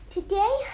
Today